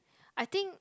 I think